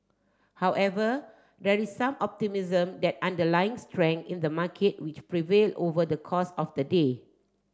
however there is some optimism that underlying strength in the market which prevail over the course of the day